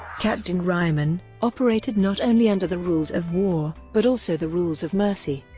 captain reymann, operated not only under the rules of war, but also the rules of mercy.